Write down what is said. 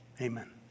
amen